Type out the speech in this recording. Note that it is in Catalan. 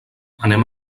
anem